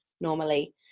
normally